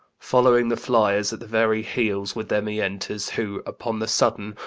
following the fliers at the very heels, with them he enters who, upon the sudden,